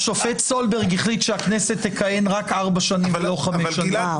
השופט סולברג החליט שהכנסת תכהן רק ארבע שנים ולא חמש שנים.